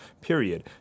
period